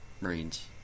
Marines